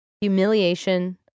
Humiliation